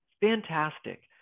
Fantastic